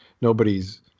nobody's